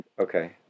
okay